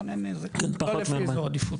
לא לפי אזור עדיפות.